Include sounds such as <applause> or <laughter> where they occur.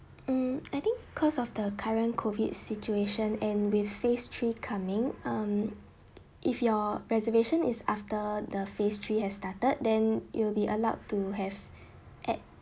mm <noise> I think cause of the current COVID situation and with phase three coming um if your reservation is after the phase three has started then you will be allowed to have eight